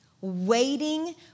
waiting